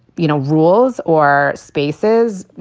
you know, rules or spaces,